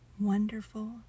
wonderful